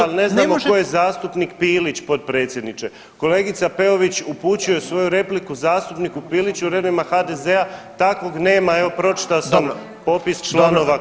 jer ne znamo tko je zastupnik Pilić potpredsjedniče, kolegica Peović upućuje svoju repliku zastupniku Piliću, u redovima HDZ-a takvog nema, evo pročitao sam popis članova kluba.